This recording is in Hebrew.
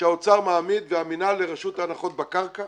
שהאוצר מעמיד והמינהל לרשות ההנחות בקרקע